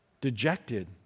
Dejected